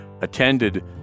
attended